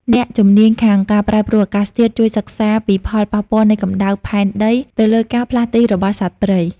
អ្នកជំនាញខាងការប្រែប្រួលអាកាសធាតុ ជួយសិក្សាពីផលប៉ះពាល់នៃកម្ដៅផែនដីទៅលើការផ្លាស់ទីរបស់សត្វព្រៃ។